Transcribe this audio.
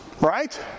Right